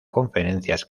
conferencias